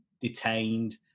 detained